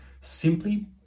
simply